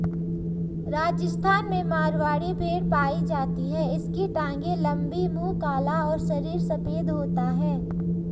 राजस्थान में मारवाड़ी भेड़ पाई जाती है इसकी टांगे लंबी, मुंह काला और शरीर सफेद होता है